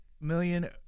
million